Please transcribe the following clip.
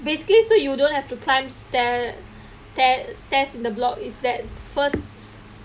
basically so you don't have to climb stair~ tair stairs in the block is that first